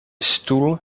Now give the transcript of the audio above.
stoel